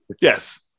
yes